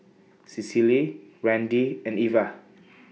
Cecily Randi and Ivah